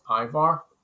Ivar